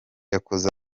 yakoze